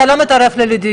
אתה לא תתערב לי בדיון,